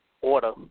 order